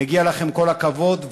מגיע לכן כל הכבוד,